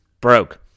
broke